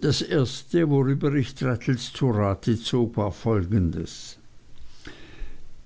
das erste worüber ich traddles zu rate zog war folgendes